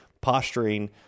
posturing